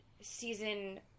season